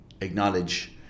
acknowledge